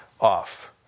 off